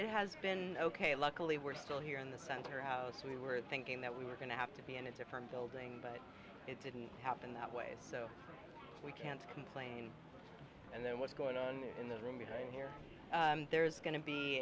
it has been ok luckily we're still here in the center house we were thinking that we were going to have to be in a different building but it didn't happen that way so we can't complain and then what's going on in the room you hear there's going to be